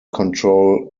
control